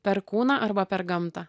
per kūną arba per gamtą